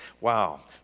Wow